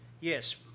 yes